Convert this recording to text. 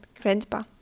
grandpa